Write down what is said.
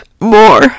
more